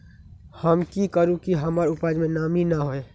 हम की करू की हमर उपज में नमी न होए?